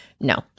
No